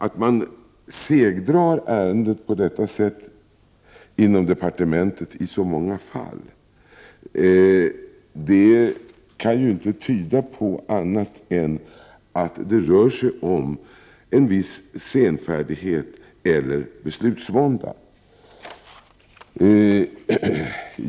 Att man segdrar ärenden på detta sätt inom departementet i så många fall kan ju inte tyda på annat än att det rör sig om en viss senfärdighet eller beslutsvånda.